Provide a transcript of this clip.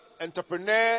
entrepreneur